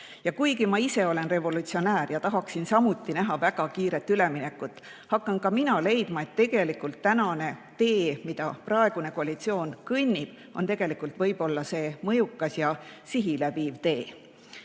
Ja kuigi ma ise olen revolutsionäär ja tahaksin samuti näha väga kiiret üleminekut, hakkan ka mina leidma, et tegelikult tänane tee, mida mööda praegune koalitsioon kõnnib, on tegelikult võib-olla see mõjukas ja sihile viiv